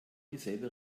dieselbe